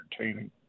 entertaining